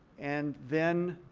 and then